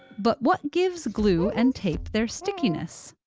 but what gives glue and tape their stickiness?